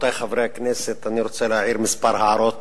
רבותי חברי הכנסת, אני רוצה להעיר כמה הערות